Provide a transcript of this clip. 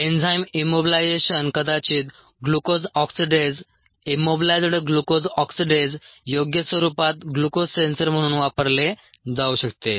enzyme immobilisation कदाचित glucose oxidase immobilised glucose oxidase योग्य स्वरूपात ग्लुकोज सेन्सर म्हणून वापरले जाऊ शकते